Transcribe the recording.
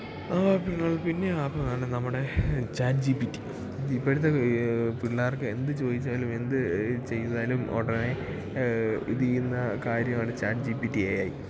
ആ അപ്പുകള് പിന്നെയും ആപ്പുകളാണ് നമ്മുടെ ചാറ്റ് ജീ പ്പീ റ്റി ഇപ്പോഴത്തെ പിള്ളാർക്ക് എന്തു ചോദിച്ചാലും എന്തു ചെയ്താലും ഉടനെ ഇതു ചെയ്യുന്ന കാര്യമാണ് chat G P T A I